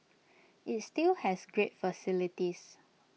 IT still has great facilities